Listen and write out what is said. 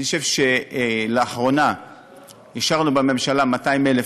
אני חושב שלאחרונה אישרנו בממשלה 200,000